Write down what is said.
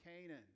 Canaan